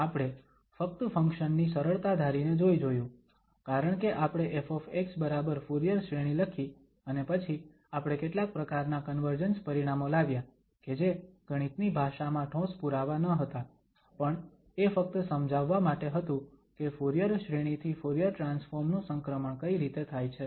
આપણે ફક્ત ફંક્શન ની સરળતા ધારીને જોઈ જોયું કારણકે આપણે ƒ બરાબર ફુરીયર શ્રેણી લખી અને પછી આપણે કેટલાક પ્રકારનાં કન્વર્જન્સ પરિણામો લાવ્યા કે જે ગણિતની ભાષામાં ઠોસ પુરાવા ન હતા પણ એ ફક્ત સમજાવવા માટે હતું કે ફુરીયર શ્રેણી થી ફુરીયર ટ્રાન્સફોર્મ નુ સંક્રમણ કઈ રીતે થાય છે